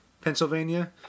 Pennsylvania